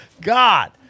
God